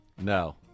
No